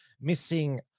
missing